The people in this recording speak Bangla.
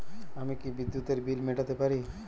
আমি কি বিদ্যুতের বিল মেটাতে পারি?